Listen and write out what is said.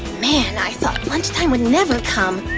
man, i thought lunchtime would never come!